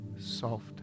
soft